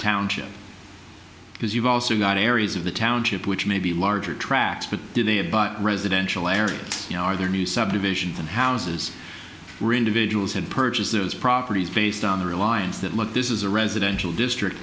township because you've also got areas of the township which may be larger tracks but do they have but residential areas you know are there new subdivisions and houses were individuals and purchase those properties based on the reliance that look this is a residential district